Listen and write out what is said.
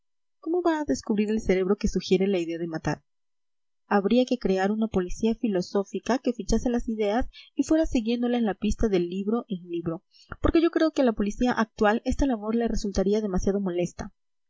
cómo va a descubrir el cerebro que sugiere la idea de matar habría que crear una policía filosófica que fichase las ideas y fuera siguiéndoles la pista de libro en libro porque yo creo que a la policía actual esta labor le resultaría demasiado molesta